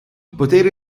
potere